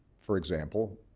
for example,